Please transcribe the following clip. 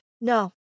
No